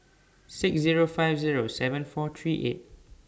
six Zero five Zero seven four three eight